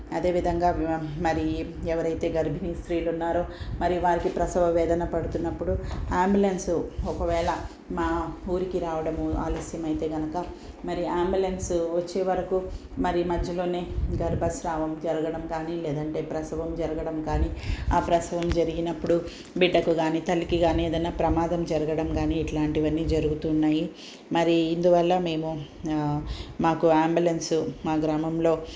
అదే విధంగా మరీ ఎవరైతే గర్భిణీ స్త్రీలు ఉన్నారో మరీ వారికి ప్రసవ వేదన పడుతున్నపుడు ఆంబులెన్స్ ఒకవేళ మా ఊరికి రావడము ఆలస్యమైతే కనుక మరి ఆంబులెన్స్ వచ్చే వరకు మరి మధ్యలోనే గర్భస్రావం జరగడం కానీ లేదంటే ప్రసవం జరగడం కానీ ఆ ప్రసవం జరిగినప్పుడు బిడ్డకు కానీ తల్లికి కానీ ఏదైనా ప్రమాదం జరగడం కానీ ఇట్లాంటివన్నీ జరుగుతున్నాయి మరి ఇందువల్ల మేము మాకు ఆంబులెన్స్ మా గ్రామంలో